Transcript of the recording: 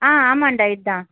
ஆ ஆமான்டா இதுதான்